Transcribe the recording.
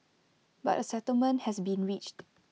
but A settlement has been reached